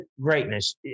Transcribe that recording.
greatness